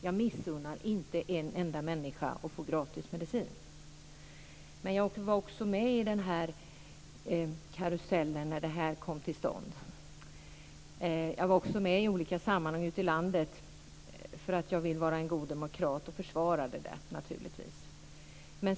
Jag missunnar inte en enda människa att få gratis medicin. Jag var också med i karusellen när detta kom till stånd. Jag var med i olika sammanhang, för att jag vill vara en god demokrat, och försvarade det naturligtvis.